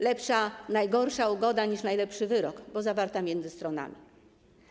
Lepsza najgorsza ugoda niż najlepszy wyrok, bo jest zawierana pomiędzy stronami.